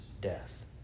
death